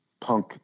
punk